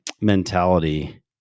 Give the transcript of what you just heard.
mentality